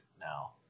now